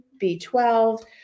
B12